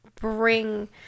bring